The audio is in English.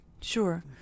Sure